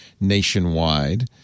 nationwide